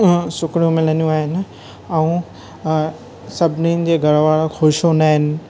सुखिड़ियूं मिलंदियूं आहिनि अऊं सभिनी जे घर वारा ख़ुश हूंदा आहिनि